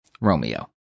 Romeo